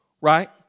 right